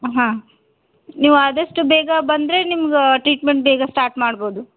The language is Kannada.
ಹಾಂ ನೀವು ಆದಷ್ಟು ಬೇಗ ಬಂದರೆ ನಿಮ್ಗೆ ಟ್ರೀಟ್ಮೆಂಟ್ ಬೇಗ ಸ್ಟಾರ್ಟ್ ಮಾಡ್ಬೋದು